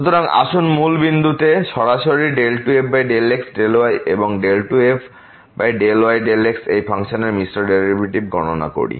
সুতরাং আসুন মূল বিন্দুতে সরাসরি 2f∂x∂y এবং 2f∂y∂xএই ফাংশনের এই মিশ্র ডেরিভেটিভ গণনা করি